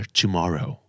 tomorrow